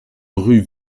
rue